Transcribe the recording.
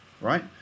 right